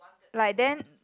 like then